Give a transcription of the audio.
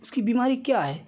उसकी बीमारी क्या है